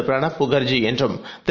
Pranab முகர்ஜிஎன்றும்திரு